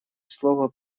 слово